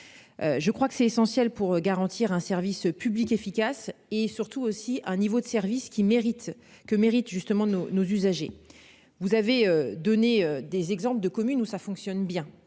Je crois que c'est essentiel pour garantir un service public, efficace et surtout aussi un niveau de service qui mérite que mérite justement nos nos usagers, vous avez donné des exemples de communes où ça fonctionne bien.